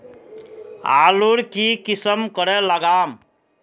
आलूर की किसम करे लागम?